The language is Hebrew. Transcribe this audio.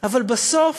אבל בסוף,